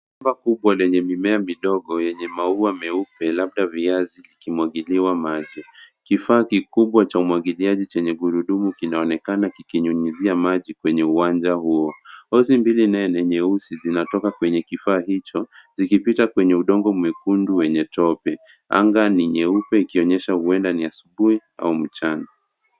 Shamba kubwa lenye mimea midogo yenye maua meupe labda viazi ikimwagiliwa maji. Kifaa kikubwa cha umwagiliaji chenye gurudumu kinaonekana kikinyunyizia maji kwenye uwanja huo. Hosi mbili nayo ni nyeusi inatoka kwenye kifaa hicho zikipita kwenye udongo mwekundu wenye tope. Anga ni nyeupe ikionyesha huenda ni asubuhi au mchana.